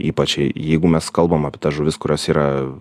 ypač jeigu mes kalbam apie tas žuvis kurios yra